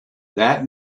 that